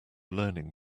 learning